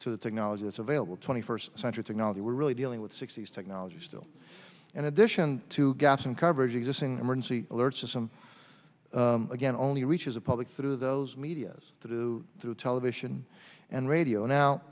to the technology that's available twenty first century technology we're really dealing with sixty's technology still in addition to gaps in coverage existing emergency alert system again only reaches a public through those medias through through television and radio now